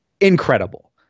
Incredible